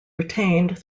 retained